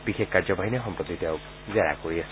বিশেষ কাৰ্যবাহিনীয়ে সম্প্ৰতি তেওঁক জেৰা কৰি আছে